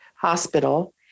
hospital